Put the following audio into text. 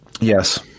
Yes